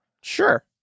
Sure